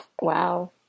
wow